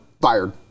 Fired